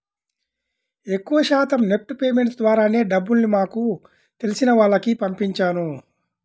ఎక్కువ శాతం NEFT payments ద్వారానే డబ్బుల్ని మాకు తెలిసిన వాళ్లకి పంపించాను